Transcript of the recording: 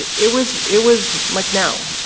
it was it was like now,